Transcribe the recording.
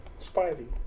Spidey